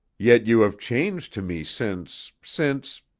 yet you have changed to me since since